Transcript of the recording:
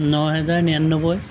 ন হেজাৰ নিৰান্নব্বৈ